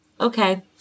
Okay